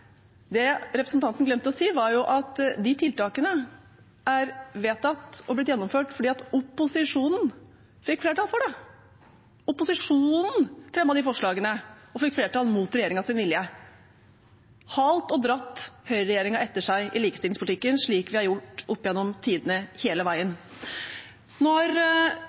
representanten å si at de tiltakene ble vedtatt og gjennomført fordi opposisjonen fikk flertall for det. Opposisjonen fremmet de forslagene og fikk flertall – mot regjeringens vilje – og har halt og dratt høyreregjeringen etter seg i likestillingspolitikken, slik vi har gjort opp gjennom tidene hele veien. Når